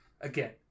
again